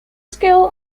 school